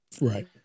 right